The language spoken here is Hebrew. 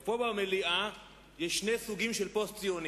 פה במליאה יש שני סוגים של פוסט-ציונים.